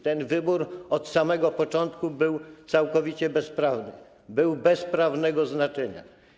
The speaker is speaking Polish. Ten wybór od samego początku był całkowicie bezprawny, był bez prawnego znaczenia.